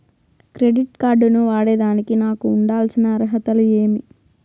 Credit card ను వాడేదానికి నాకు ఉండాల్సిన అర్హతలు ఏమి?